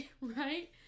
Right